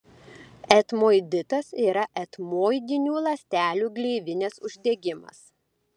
etmoiditas yra etmoidinių ląstelių gleivinės uždegimas